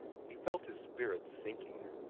he felt his spirits sinking.